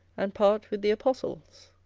and part with the apostles.